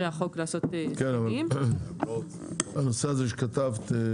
החוק לעשות --- כן אבל הנושא הזה שכתבת,